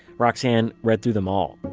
roxane read through them all